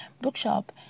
bookshop